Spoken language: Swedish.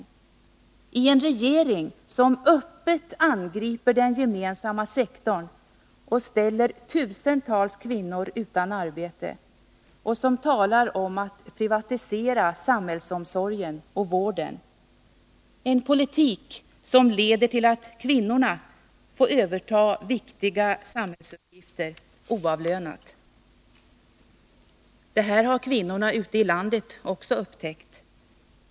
Det är fråga om en regering som öppet angriper den gemensamma sektorn och ställer tusentals kvinnor utan arbete och som talar om att privatisera samhällsomsorgen och vården. Det är en politik som leder till att kvinnorna får överta viktiga samhällsuppgifter — oavlönat. Det här har kvinnorna ute i landet också upptäckt.